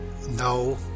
No